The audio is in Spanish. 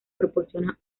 proporciona